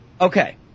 Okay